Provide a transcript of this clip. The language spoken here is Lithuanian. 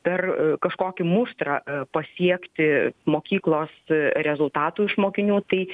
per kažkokį muštrą pasiekti mokyklos rezultatų iš mokinių tai